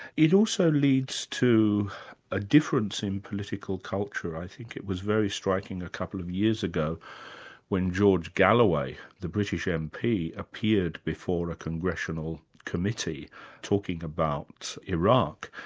it also leads to a difference in political culture. i think it was very striking a couple of years ago when george galloway, the british mp, appeared before a congressional committee talking about iraq.